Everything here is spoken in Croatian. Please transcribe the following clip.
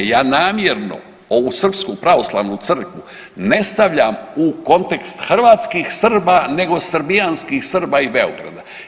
Ja namjerno ovu Srpsku pravoslavnu crkvu ne stavljam u kontekst hrvatskih Srba, nego srbijanskih Srba i Beograda.